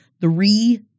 three